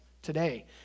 today